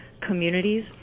communities